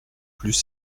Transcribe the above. plus